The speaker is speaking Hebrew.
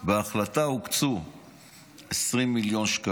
בהחלטה הוקצו 20 מיליון שקלים,